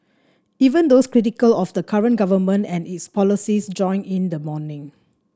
even those critical of the current government and its policies joined in the mourning